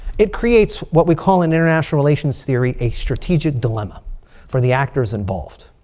it creates what we call an international relations theory. a strategic dilemma for the actors involved.